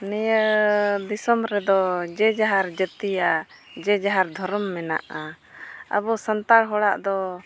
ᱱᱤᱭᱟᱹ ᱫᱤᱥᱚᱢ ᱨᱮᱫᱚ ᱡᱮᱡᱟᱨ ᱡᱟᱹᱛᱤᱭᱟᱜ ᱡᱮᱡᱟᱨ ᱫᱷᱚᱨᱚᱢ ᱢᱮᱱᱟᱜᱼᱟ ᱟᱵᱚ ᱥᱟᱱᱛᱟᱲ ᱦᱚᱲᱟᱜ ᱫᱚ